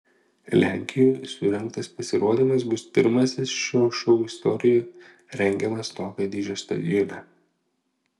lenkijoje surengtas pasirodymas bus pirmasis šio šou istorijoje rengiamas tokio dydžio stadione